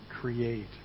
create